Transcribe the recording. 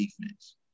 defense